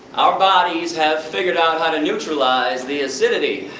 our bodies have figured out how to neutralize the acidity.